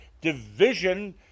division